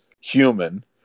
human